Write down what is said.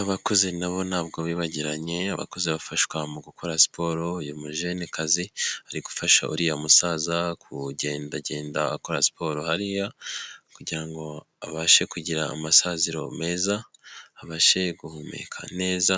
Abakozi nabo ntabwo bibagiranye abakozi bafashwa mu gukora siporo uyu mujenekazi ari gufasha uriya musaza kugendagenda akora siporo hariya kugira ngo abashe kugira amasaziro meza abashe guhumeka neza